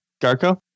Garko